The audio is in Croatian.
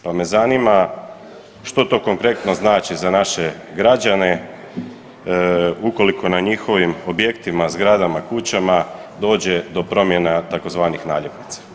Pa me zanima što to konkretno znači za naše građane ukoliko na njihovim objektima, zgradama, kućama dođe do promjena tzv. naljepnica.